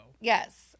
yes